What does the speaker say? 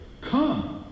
come